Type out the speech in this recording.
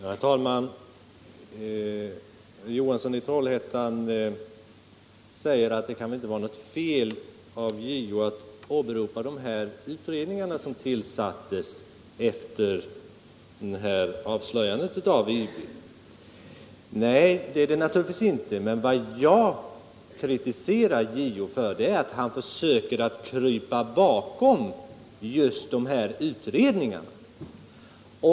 Herr talman! Herr Johansson i Trollhättan säger att det inte kan vara fel av JO att åberopa de utredningar som tillsattes efter avslöjandet av IB-affären. Nej, det är det naturligtvis inte. Men vad jag kritiserar JO för är att han försöker krypa bakom just de här utredningarna.